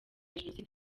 jenoside